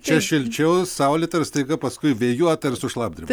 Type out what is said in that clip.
čia šilčiau saulėta ir staiga paskui vėjuota ir su šlapdriba